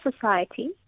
Society